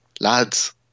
lads